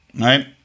right